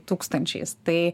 tūkstančiais tai